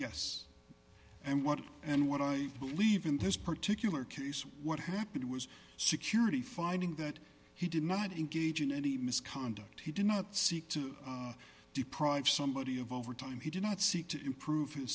yes and what and what i believe in this particular case what happened was security finding that he did not engage in any misconduct he did not seek to deprive somebody of overtime he did not seek to improve